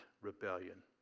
rebellion